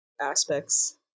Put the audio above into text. aspects